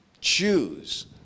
choose